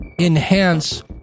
enhance